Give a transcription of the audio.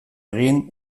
egin